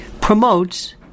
promotes